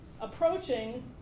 approaching